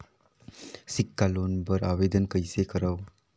सिक्छा लोन बर आवेदन कइसे करव?